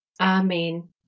Amen